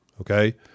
Okay